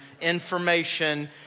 information